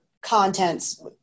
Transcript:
Contents